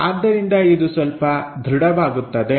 ಆದ್ದರಿಂದ ಇದು ಸ್ವಲ್ಪ ದೃಢವಾಗುತ್ತದೆ